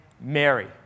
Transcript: Mary